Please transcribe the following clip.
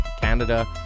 Canada